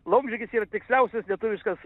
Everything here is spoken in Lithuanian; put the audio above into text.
laumžirgis yra tiksliausias lietuviškas